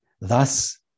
Thus